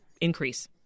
increase